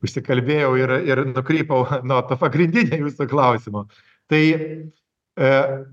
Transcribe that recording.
užsikalbėjau ir ir nukrypau nuo pa pagrindinio ir jūsų klausimo tai a